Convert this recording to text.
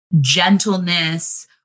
gentleness